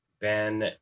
ben